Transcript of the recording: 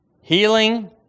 Healing